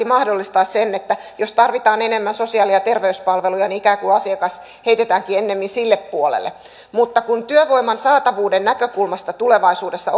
mahdollistaa sen että jos tarvitaan enemmän sosiaali ja terveyspalveluja niin asiakas ikään kuin heitetäänkin enemmin sille puolelle mutta kun työvoiman saatavuuden näkökulmasta tulevaisuudessa